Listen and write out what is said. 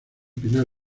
pinar